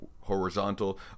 horizontal